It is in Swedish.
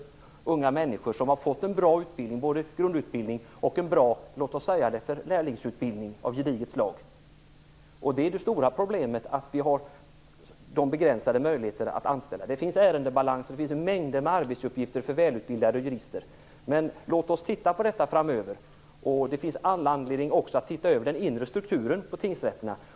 Det är fråga om unga människor som har fått en bra grundutbildning och en bra lärlingsutbildning av gediget slag. Det stora problemet är de begränsade möjligheterna att anställa. Det finns ärendebalanser, och det finns mängder av arbetsuppgifter för välutbildade jurister. Men låt oss titta på detta problem framöver. Det finns också all anledning att titta över den inre strukturen på tingsrätterna.